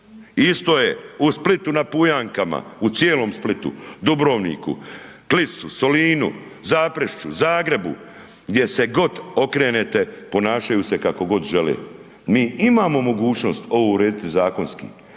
isto je u Splitu na Pujankama, u cijelom Splitu, Dubrovniku, Klisu, Solinu, Zaprešiću, Zagrebu, gdje se god okrenete ponašaju se kako god žele. Mi imamo mogućnost ovo urediti zakonski,